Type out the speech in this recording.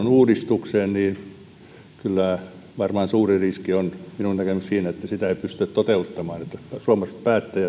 uudistukseen niin kyllä varmaan suurin riski on minun nähdäkseni siinä että sitä ei pystytä toteuttamaan suomalaiset päättäjät